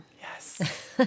Yes